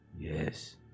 Yes